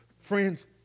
Friends